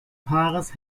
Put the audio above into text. paares